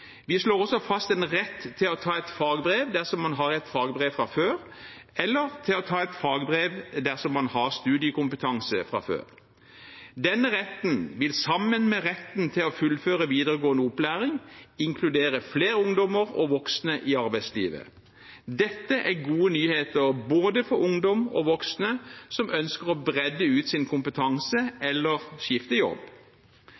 Vi slår også fast en rett til å ta et fagbrev dersom man har et fagbrev fra før, eller til å ta et fagbrev dersom man har studiekompetanse fra før. Denne retten vil, sammen med retten til å fullføre videregående opplæring, inkludere flere ungdommer og voksne i arbeidslivet. Dette er gode nyheter for både ungdom og voksne som ønsker å øke sin